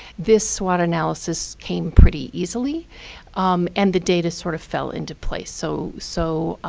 this swot analysis came pretty easily and the data sort of fell into place. so so